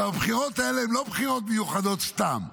עכשיו, הבחירות האלה הם לא בחירות מיוחדות סתם,